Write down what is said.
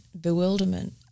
bewilderment